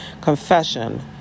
Confession